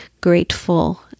grateful